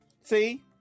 See